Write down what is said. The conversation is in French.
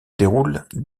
déroulent